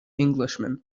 englishman